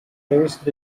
raised